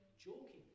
joking